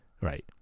Right